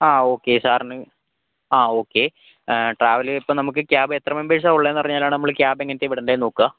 ആ ഓക്കെ സാറിന് ആ ഓക്കെ ട്രാവൽ ഇപ്പോൾ നമുക്ക് ക്യാബ് എത്ര മെമ്പേർസാ ഉള്ളതെന്നറിഞ്ഞാലാണ് നമ്മൾ ക്യാബ് എങ്ങനത്തെയാ വിടേണ്ടതെന്നു നോക്കുക